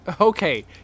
okay